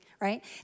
right